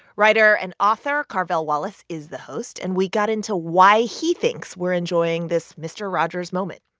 writer and author carvell wallace is the host. and we got into why he thinks we're enjoying this mister rogers moment